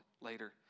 later